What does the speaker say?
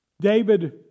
David